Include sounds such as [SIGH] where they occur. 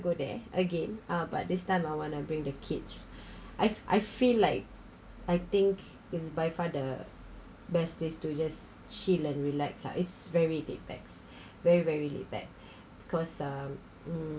go there again ah but this time I want to bring the kids [BREATH] I've I've feel like I think it's by far the best place to just chill and relax ah it's very laid backs [BREATH] very very laid back [BREATH] because um mm